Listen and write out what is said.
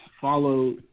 follow